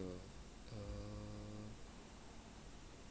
err